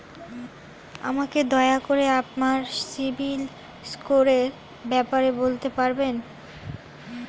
আমাকে দয়া করে আমার সিবিল স্কোরের ব্যাপারে বলতে পারবেন?